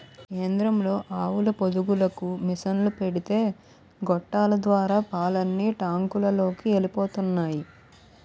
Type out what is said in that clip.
కేంద్రంలో ఆవుల పొదుగులకు మిసన్లు పెడితే గొట్టాల ద్వారా పాలన్నీ టాంకులలోకి ఎలిపోతున్నాయి